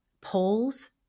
polls